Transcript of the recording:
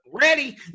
ready